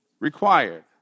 Required